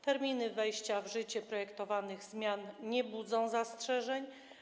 Terminy wejścia w życie projektowanych zmian nie budzą zastrzeżeń.